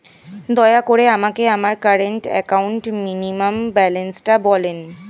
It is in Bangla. দয়া করে আমাকে আমার কারেন্ট অ্যাকাউন্ট মিনিমাম ব্যালান্সটা বলেন